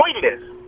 pointless